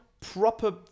proper